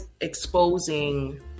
exposing